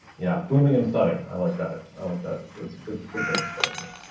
yeah booming and thudding. i like that. i like that that's a good good way of describing it.